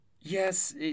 yes